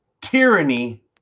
Tyranny